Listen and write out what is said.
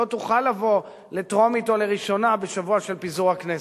לא תוכל לבוא לטרומית או לראשונה בשבוע של פיזור הכנסת.